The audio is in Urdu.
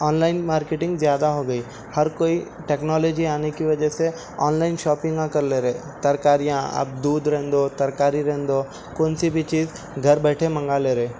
آن لائن مارکٹنگ زیادہ ہوگئی ہر کوئی ٹکنالوجی آنے کی وجہ سے آن لائن شاپنگا کرلے رہے ترکاریاں اب دودھ رہنے دو ترکاری رہنے دو کون سی بھی چیز گھر بیٹھے منگا لے رہے